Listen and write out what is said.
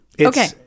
Okay